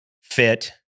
fit